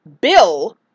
Bill